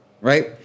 Right